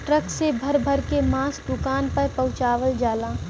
truck से भर भर के मांस दुकान पर पहुंचवाल जाला